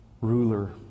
ruler